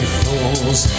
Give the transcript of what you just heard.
fools